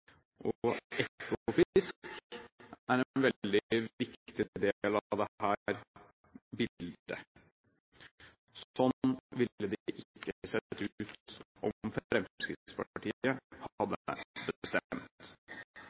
med ressursene. Ekofisk er en veldig viktig del av dette bildet. Slik ville det ikke ha sett ut om Fremskrittspartiet hadde bestemt.